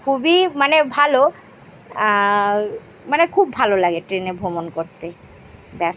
খুবই মানে ভালো মানে খুব ভালো লাগে ট্রেনে ভ্রমণ করতে ব্যস